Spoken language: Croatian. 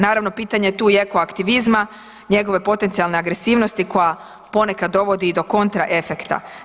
Naravno, pitanje je tu i eko aktivizma, njegove potencijalne agresivnosti koja ponekad dovodi i do kontra efekta.